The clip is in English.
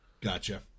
Gotcha